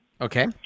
Okay